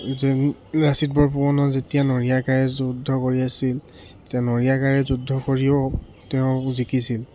লাচিত বৰফুকনে যেতিয়া নৰিয়া গাৰে যুদ্ধ কৰি আছিল তেতিয়া নৰিয়া গাৰে যুদ্ধ কৰিও তেওঁ জিকিছিল